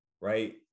right